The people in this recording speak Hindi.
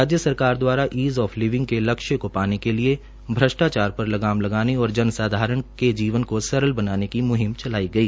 राज्य सरकार दवारा ईज ऑफ लीविंग के लक्ष्य को पाने के लिए भ्रष्टाचार पर लगाम लगाने और जनसाधारण के जीवन को सरल बनाने की मुहिम चलाई गई